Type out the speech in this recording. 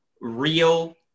real